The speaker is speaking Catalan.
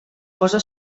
cosa